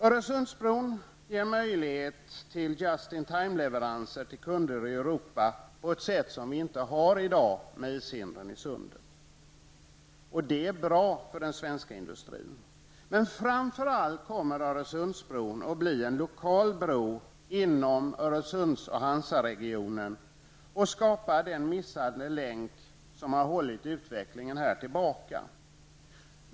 Öresundsbron ger möjlighet till just in timeleveranser till kunder i Europa på ett sätt som vi inte har i dag bl.a. på grund av ishinder i Sundet. Det är bra för den svenska industrin. Men Öresundsbron kommer framför allt att bli en lokal bro i Öresunds och Hansaregionen och skapa den missade länk som har hållit utvecklingen tillbaka.